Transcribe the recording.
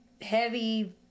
heavy